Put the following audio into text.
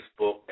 Facebook